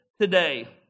today